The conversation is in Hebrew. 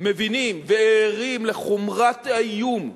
מבינים וערים לחומרת האיום,